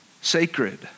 sacred